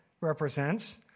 represents